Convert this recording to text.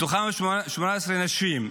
מתוכם 18 נשים,